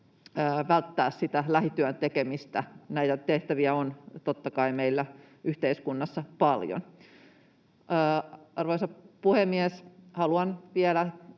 välttää lähityön tekemistä. Näitä tehtäviä on totta kai meillä yhteiskunnassa paljon. Arvoisa puhemies! Haluan vielä